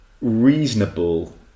reasonable